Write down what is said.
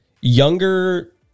younger